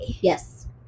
Yes